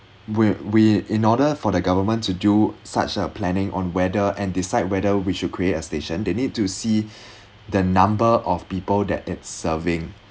w~ we in order for the government to do such a planning on whether and decide whether we should create a station they need to see the number of people that it's serving